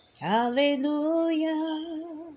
Hallelujah